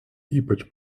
ypač